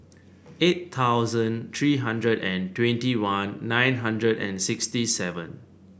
eight thousand three hundred and twenty one nine hundred and sixty seven